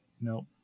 Nope